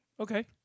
Okay